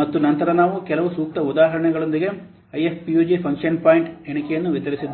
ಮತ್ತು ನಂತರ ನಾವು ಕೆಲವು ಸೂಕ್ತ ಉದಾಹರಣೆಗಳೊಂದಿಗೆ ಐಎಫ್ಪಿಯುಜಿ ಫಂಕ್ಷನ್ ಪಾಯಿಂಟ್ ಎಣಿಕೆಯನ್ನು ವಿವರಿಸಿದ್ದೇವೆ